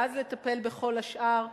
ואז לטפל בכל השאר,